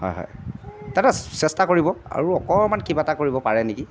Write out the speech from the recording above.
হয় হয় দাদা চেষ্টা কৰিব আৰু অকণমান কিবা এটা কৰিব পাৰে নেকি